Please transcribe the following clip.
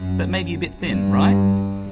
but maybe a bit thin, right?